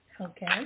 Okay